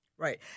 Right